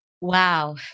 Wow